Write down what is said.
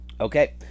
Okay